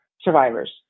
survivors